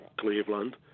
Cleveland